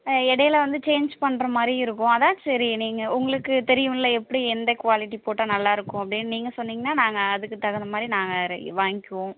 இடையில வந்து சேஞ்ச் பண்ணுற மாதிரி இருக்கும் அதுதான் சரி நீங்கள் உங்களுக்கு தெரியுமில்ல எப்படி எந்த குவாலிட்டி போட்டால் நல்லாயிருக்கும் அப்படின்னு நீங்கள் சொன்னீங்கன்னால் நாங்கள் அதுக்கு தகுந்த மாதிரி நாங்கள் ரெ வாங்கிக்குவோம்